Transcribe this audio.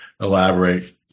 elaborate